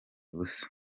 ubusa